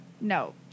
No